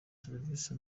serivisi